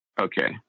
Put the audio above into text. Okay